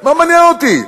מה מעניין אותי?